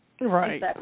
Right